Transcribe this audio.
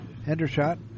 Hendershot